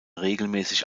regelmäßig